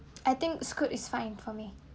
I think Scoot is fine for me